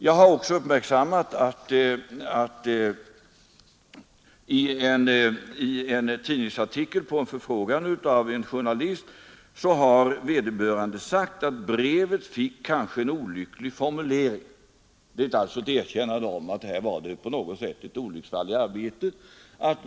Jag har också i en tidningsartikel sett att vederbörande på förfrågan av en journalist har förklarat att brevet kanske fick en olycklig formulering. Det är alltså ett erkännande av att här föreligger något av ett olycksfall i arbetet.